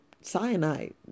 cyanide